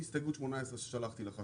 הינה הסתייגות לסעיף 18 ששלחתי לך,